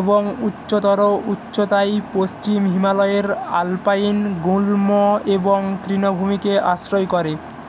এবং উচ্চতর উচ্চতায় পশ্চিম হিমালয়ের আলপাইন গুল্ম এবং তৃণভূমিকে আশ্রয় করে